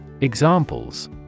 Examples